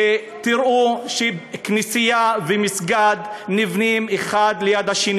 ותראו שכנסייה ומסגד נבנים זה ליד זה.